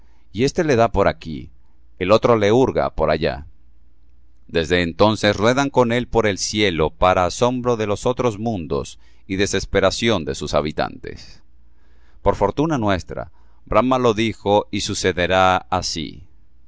y éste le da por aquí y éste le hurga por allá desde entonces ruedan con él por el cielo para asombro de los otros mundos y desesperación de sus habitantes por fortuna nuestra brahma lo dijo y sucederá así